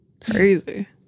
crazy